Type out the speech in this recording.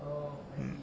mm